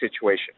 situation